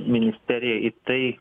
ministerija į tai